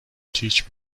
teach